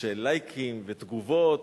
יש "לייקים" ותגובות.